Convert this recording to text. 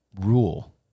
rule